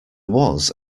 was